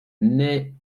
naît